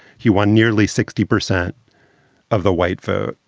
he won nearly sixty percent of the white vote.